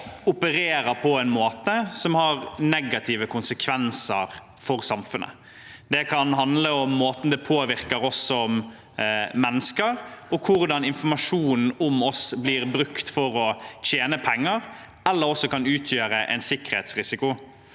opererer på en måte som har negative konsekvenser for samfunnet. Det kan handle om måten det påvirker oss som mennesker på, hvordan informasjonen om oss blir brukt for å tjene penger, eller at det også kan utgjøre en sikkerhetsrisiko.